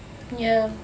ya